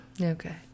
Okay